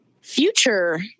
future